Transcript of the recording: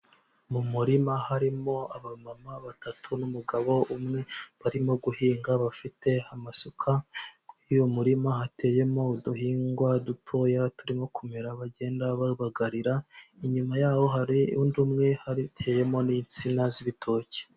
Mu murima harimo abamama batatu n'umugabo umwe, barimo guhinga bafite amasuka, muri uyu murima hateyemo uduhingwa dutoya turimo kumera bagenda babagarira, inyuma yaho hari undi umwe hateyemo n'insina z'ibitoki.